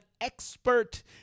expert